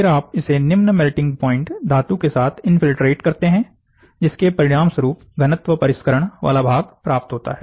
फिर आप इसे निम्न मेल्टिंग प्वाइंट धातु के साथ इनफील्ट्रेट करते हैं जिसके परिणाम स्वरूप घनत्व परिष्करण वाला भाग प्राप्त होता है